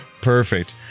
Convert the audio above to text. Perfect